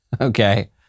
Okay